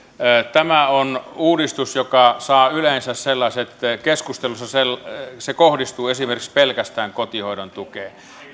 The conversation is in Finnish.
tämä on uudistus joka yleensä keskustelussa kohdistuu esimerkiksi pelkästään kotihoidon tukeen